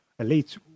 elites